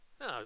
No